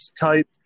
type